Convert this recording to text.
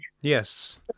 Yes